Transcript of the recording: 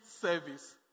service